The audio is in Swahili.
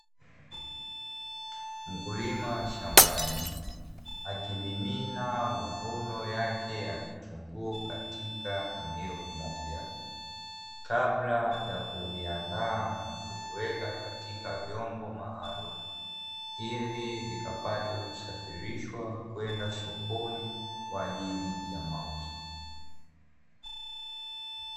Mkulima shambani akimimina mavuno yake ya vitunguu katika eneo moja, kabla ya kuviandaa na kuviweka katika vyombo maalumu ili vikapate kusafirishwa kwenda sokoni kwa ajili ya mauzo.